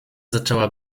zaczęła